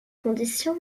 conditions